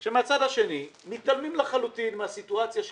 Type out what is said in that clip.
כאשר מהצד השני מתעלמים לחלוטין מהסיטואציה.